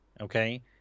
okay